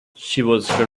she